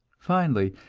finally,